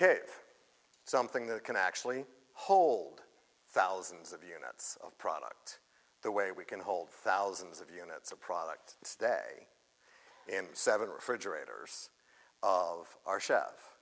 cave something that can actually hold thousands of units of product the way we can hold thousands of units a product it's day seven refrigerators of our chef